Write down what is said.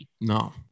No